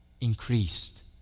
increased